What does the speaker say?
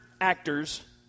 actors